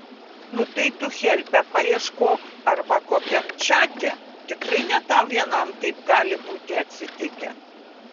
nu tai tu helpe paieškok arba kokiam čate tikrai ne tau vienam taip gali būti atsitikę